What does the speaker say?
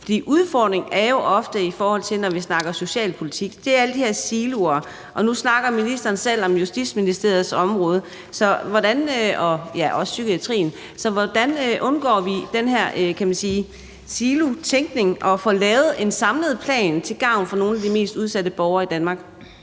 Udfordringen er jo ofte, når vi snakker socialpolitik, alle de her siloer. Og nu snakker ministeren selv om Justitsministeriets område og om psykiatrien. Så hvordan undgår vi den her silotænkning og får lavet en samlet plan til gavn for nogle af de mest udsatte borgere i Danmark?